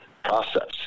process